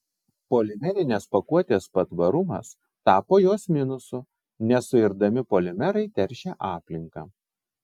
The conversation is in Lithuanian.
polimerinės pakuotės patvarumas tapo jos minusu nesuirdami polimerai teršia aplinką